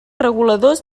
reguladors